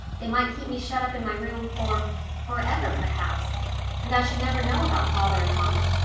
they might keep me shut up in my room for for ever, perhaps and i should never know about father and mamma,